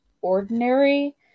ordinary